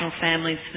families